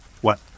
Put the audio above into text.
What